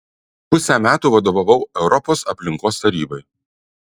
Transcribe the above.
pusę metų vadovavau europos aplinkos tarybai